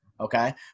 Okay